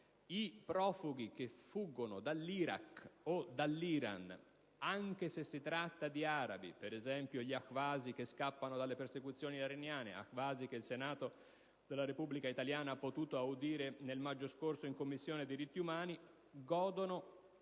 I profughi che fuggono dall'Iraq o dall'Iran, anche se si tratta di arabi (per esempio, gli ahwazi che fuggono dalle persecuzioni iraniane e che il Senato della Repubblica italiana ha potuto audire nel maggio scorso presso la Commissione straordinaria per